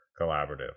collaborative